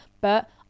but-